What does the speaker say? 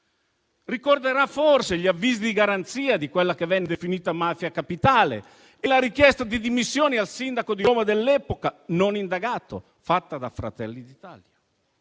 ricorderà forse gli avvisi di garanzia di quella che venne definita mafia capitale e la richiesta di dimissioni al sindaco di Roma dell'epoca, non indagato, fatta da Fratelli d'Italia.